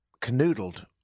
canoodled